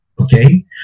Okay